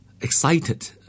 excited